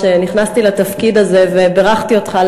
שכשנכנסתי לתפקיד הזה בירכתי אותך על